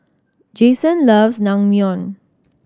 Jayson loves Naengmyeon